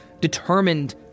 determined